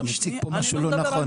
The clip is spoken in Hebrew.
אתה מציג פה משהו לא נכון.